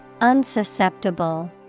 Unsusceptible